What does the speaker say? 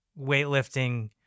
weightlifting